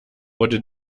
wurde